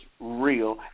real